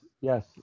yes